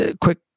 quick